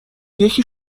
یکی